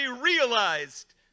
realized